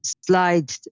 slide